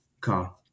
Car